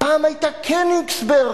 פעם היתה קניגסברג.